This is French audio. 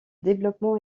développement